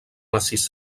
massís